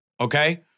Okay